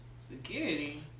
Security